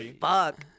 fuck